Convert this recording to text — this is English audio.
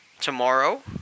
tomorrow